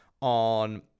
on